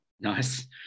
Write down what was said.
Nice